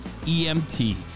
EMT